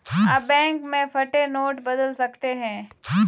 आप बैंक में फटे नोट बदल सकते हैं